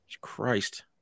Christ